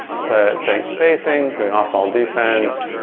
so same spacing, getting off ball defense,